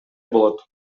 болот